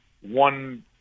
one